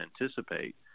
anticipate